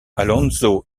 alonso